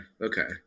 Okay